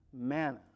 Manna